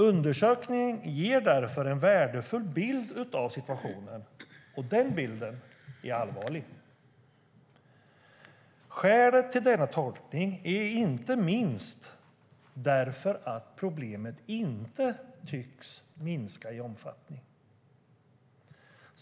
Undersökningen ger därför en värdefull bild av situationen, och den bilden är allvarlig. Skälet till denna tolkning är inte minst att problemet inte tycks minska i omfattning.